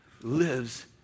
lives